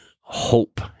hope